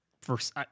first